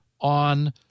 on